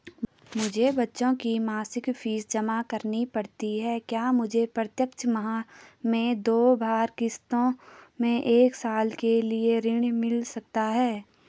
मुझे बच्चों की मासिक फीस जमा करनी पड़ती है क्या मुझे प्रत्येक माह में दो बार किश्तों में एक साल के लिए ऋण मिल सकता है?